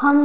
हम